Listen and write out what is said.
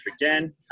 again